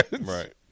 Right